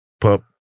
Pup